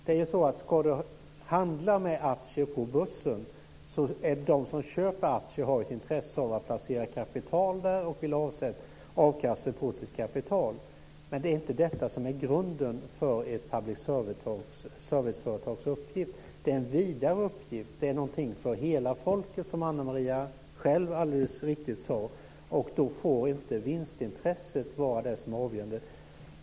Om det ska handla om aktier på börsen så har de som köper aktier ett intresse av att placera kapital där och vill ha avkastning på sitt kapital, men det är inte detta som är grunden för ett public serviceföretags uppgift. Det är en vidare uppgift. Det är någonting för hela folket, som Ana Maria själv alldeles riktigt sade. Då får inte vinstintresset vara det som är avgörande.